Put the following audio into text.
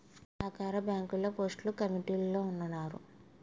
సహకార బ్యాంకుల్లో పోస్టులు కమిటీలోల్లమ్ముకున్నారు